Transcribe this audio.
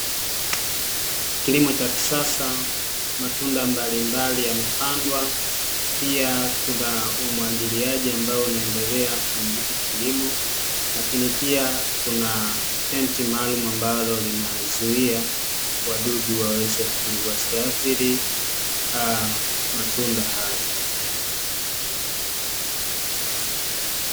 Kilimo cha kisasa matunda mbalimbali yamepandwa, pia kuna umwagiliaji ambao unaendelea kwenye hiki kilimo, lakini pia kuna tenti maalumu ambalo linazuia wadudu wasiathiri matunda haya.